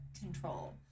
control